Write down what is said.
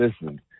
Listen